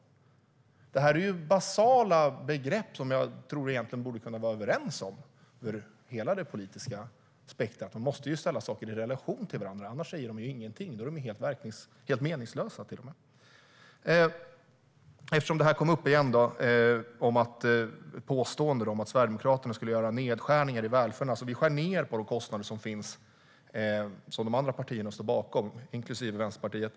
Detta är basala begrepp som vi inom hela det politiska spektrumet egentligen borde kunna vara överens om. Man måste ju ställa saker i relation till varandra. Annars säger de ingenting och är helt meningslösa. Återigen kom det upp ett påstående om att Sverigedemokraterna skulle göra nedskärningar i välfärden. Vi skär ned på de kostnader som finns som de andra partierna står bakom, inklusive Vänsterpartiet.